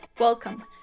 Welcome